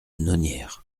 nonière